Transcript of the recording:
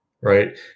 right